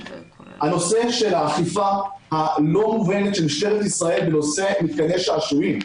הנושא של האכיפה הלא מובנת של משטרת ישראל בנושא מתקני שעשועים.